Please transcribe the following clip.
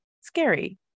scary